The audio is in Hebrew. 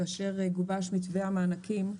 כאשר גובש מתווה המענקים,